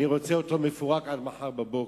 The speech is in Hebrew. אני רוצה אותו מפורק עד מחר בבוקר.